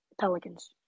pelicans